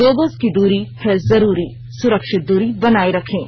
दो गज की दूरी है जरूरी सुरक्षित दूरी बनाए रखें